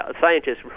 scientists